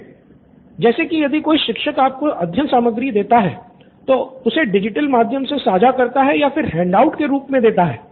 student 1 जैसे कि यदि कोई शिक्षक आपको अध्ययन सामग्री देता है तो उसे डिजिटल माध्यम से साझा करता है या फिर हैंडआउट के रूप में देता है